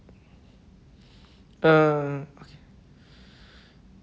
uh